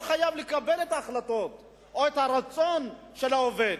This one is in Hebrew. חייב לקבל את ההחלטות או את הרצון של העובד,